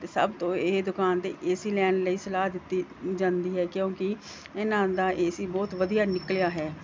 ਅਤੇ ਸਭ ਤੋਂ ਇਹ ਦੁਕਾਨ ਅਤੇ ਏ ਸੀ ਲੈਣ ਲਈ ਸਲਾਹ ਦਿੱਤੀ ਜਾਂਦੀ ਹੈ ਕਿਉਂਕਿ ਇਹਨਾਂ ਦਾ ਏ ਸੀ ਬਹੁਤ ਵਧੀਆ ਨਿਕਲਿਆ ਹੈ